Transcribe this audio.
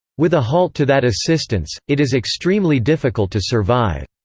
with a halt to that assistance, it is extremely difficult to survive.